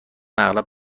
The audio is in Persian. اغلب